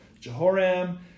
Jehoram